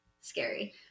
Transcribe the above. scary